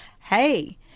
hey